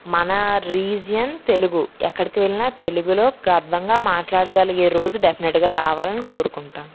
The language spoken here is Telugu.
మన రీజియన్ తెలుగు ఎక్కడికి వెళ్ళినా తెలుగులో గర్వంగా మాట్లాడగలిగే రోజు డెఫినెట్గా రావాలని కోరుకుంటాను